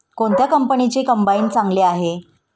कोणत्या कंपनीचे कंबाईन चांगले आहे?